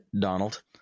Donald